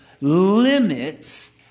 limits